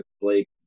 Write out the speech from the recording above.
Blake